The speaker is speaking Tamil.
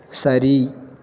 சரி